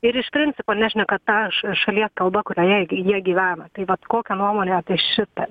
ir iš principo nešneka ta šalies kalba kurioje jie gyvena tai vat kokią nuomonę apie šitą